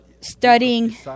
studying